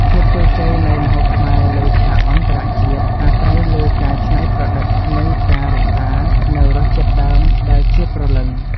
ភាពជោគជ័យនៃម្ហូបខ្មែរលើឆាកអន្តរជាតិអាស្រ័យលើការច្នៃប្រឌិតនិងការរក្សានូវរសជាតិដើមដែលជាព្រលឹង។